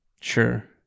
Sure